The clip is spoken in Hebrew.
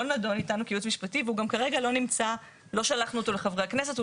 לא נדון איתנו כייעוץ משפטי וגם לא שלחנו אותו לחברי הכנסת.